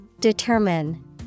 Determine